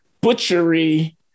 butchery